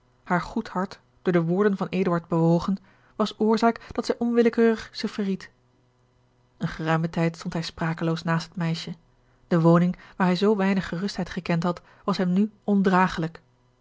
haar goed hart door de woorden van eduard bewogen was oorzaak dat zij onwillekeurig zich verried een geruimen tijd stond hij sprakeloos naast het meisje de woning waar hij zoo weinig gerustheid gekend had was hem nu ondragelijk